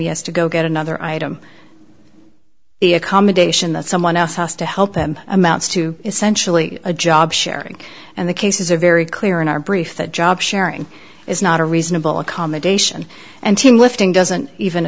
yes to go get another item the accommodation that someone else has to help him amounts to essentially a job sharing and the cases are very clear in our brief that job sharing is not a reasonable accommodation and when lifting doesn't even